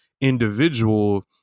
individual